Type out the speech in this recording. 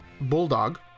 Bulldog